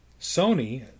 Sony